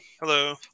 Hello